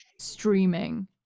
streaming